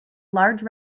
large